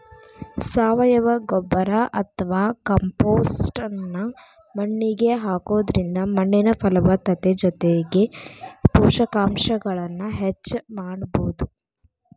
ಸಾವಯವ ಗೊಬ್ಬರ ಅತ್ವಾ ಕಾಂಪೋಸ್ಟ್ ನ್ನ ಮಣ್ಣಿಗೆ ಹಾಕೋದ್ರಿಂದ ಮಣ್ಣಿನ ಫಲವತ್ತತೆ ಜೊತೆಗೆ ಪೋಷಕಾಂಶಗಳನ್ನ ಹೆಚ್ಚ ಮಾಡಬೋದು